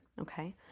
Okay